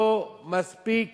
לא מספיק